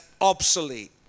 obsolete